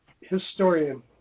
historian